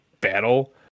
battle